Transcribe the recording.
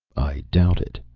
i doubt it,